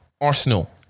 Arsenal